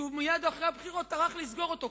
שמייד אחרי הבחירות הוא טרח לסגור אותו.